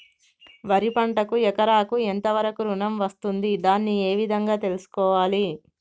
వరి పంటకు ఎకరాకు ఎంత వరకు ఋణం వస్తుంది దాన్ని ఏ విధంగా తెలుసుకోవాలి?